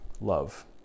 love